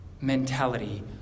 mentality